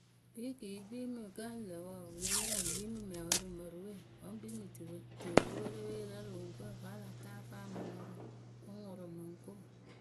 Bikii kpii mɨ kǝ ŋ lǝ wǝ pɨ le yee ŋwɨ kpii mɨ mɛŋwǝ rɨ mǝrǝ we wǝ́ ŋ kpii mɨ tupe tureperepewǝ rɛ rɨ oŋuŋkǝ we vǝ́ a la ta ǝ fɨ a mɨ ŋʊrʊ. Ŋ ŋʊrʊ mɨ ŋ ko.